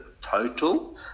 total